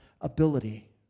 ability